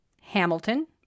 Hamilton